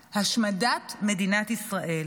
השמדת מדינת ישראל.